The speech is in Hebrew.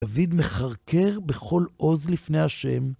דוד מכרכר בכל עוז לפני השם.